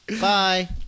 Bye